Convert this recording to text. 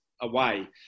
away